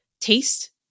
taste